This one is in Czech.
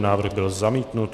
Návrh byl zamítnut.